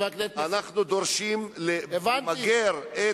אנחנו דורשים למגר, הבנתי.